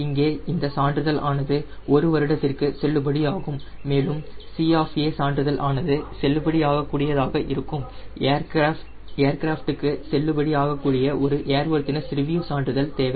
இங்கே இந்த சான்றிதழ் ஆனது ஒரு வருடத்திற்கு செல்லுபடியாகும் மேலும் C ஆஃப் A சான்றிதழ் ஆனது செல்லுபடி ஆகக்கூடியதாக இருக்க ஏர்கிராஃப்ட்க்கு செல்லுபடி ஆகக்கூடிய ஒரு ஏர்வொர்தினஸ் ரிவ்யூ சான்றிதழ் தேவை